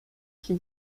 się